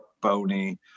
bony